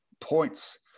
points